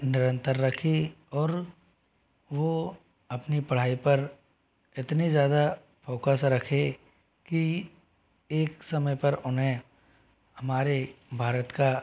निरंतर रखी और वो अपनी पढ़ाई पर इतना ज़्यादा फोकस रखे कि एक समय पर उन्हें हमारे भारत का